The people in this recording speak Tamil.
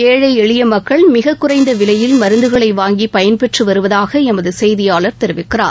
ஏழை எளிய மக்கள் மிக குறைந்த விலையில் மருந்துகளை வாங்கி பயன்பெற்று வருவதாக எமது செய்தியாளர் தெரிவிக்கிறார்